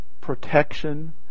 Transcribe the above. Protection